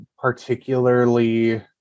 particularly